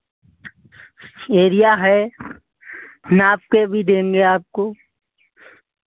area है नाप के भी देंगे आपको